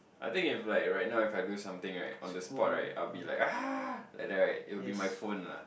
I think if like right now if I do something right on the spot right I'll be like and then right it'll be my phone lah